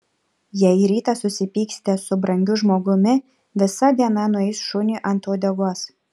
jei rytą susipyksite su brangiu žmogumi visa diena nueis šuniui ant uodegos